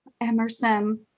Emerson